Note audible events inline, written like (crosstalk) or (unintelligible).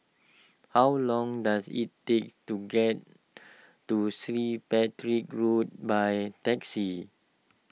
how long does it take to get to (unintelligible) Patrick's Road by taxi